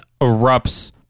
erupts